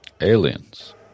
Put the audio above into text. Aliens